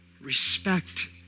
respect